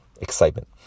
excitement